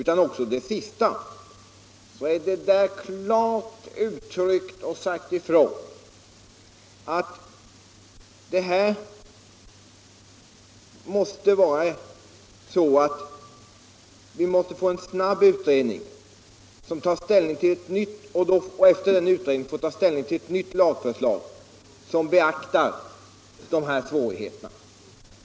Men i slutet av densamma finns klart uttryckt att vi måste få en snabb utredning, så att vi därefter kan ta ställning till ett nytt lagförslag som beaktar anförda svårigheter.